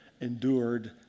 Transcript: endured